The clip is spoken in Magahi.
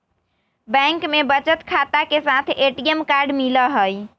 बैंक में बचत खाता के साथ ए.टी.एम कार्ड मिला हई